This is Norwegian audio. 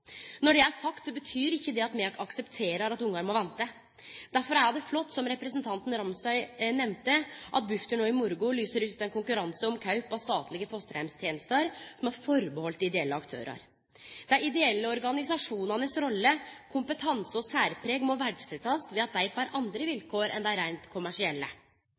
Når det er sagt, betyr ikkje det at me aksepterer at ungar må vente. Derfor er det flott, som representanten Ramsøy nemnde, at Bufdir i morgon lyser ut ein konkurranse om kjøp av statlege fosterheimstenester som gjeld ideelle aktørar. Dei ideelle organisasjonanes rolle, kompetanse og særpreg må verdsetjast ved at dei får andre vilkår enn dei reint kommersielle.